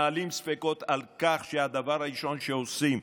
מעלים ספקות על כך שהדבר הראשון שעושים,